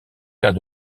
cas